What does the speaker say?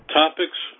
topics